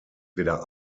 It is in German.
weder